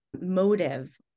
motive